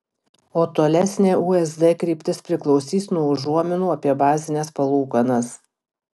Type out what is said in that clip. o tolesnė usd kryptis priklausys nuo užuominų apie bazines palūkanas